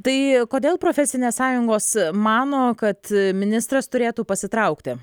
tai kodėl profesinės sąjungos mano kad ministras turėtų pasitraukti